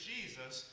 Jesus